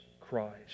Christ